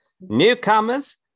Newcomers